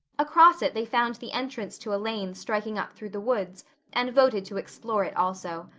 across it they found the entrance to a lane striking up through the woods and voted to explore it also.